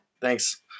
Thanks